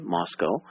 Moscow